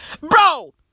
Bro